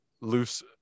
loose